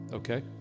Okay